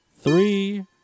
three